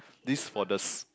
this for the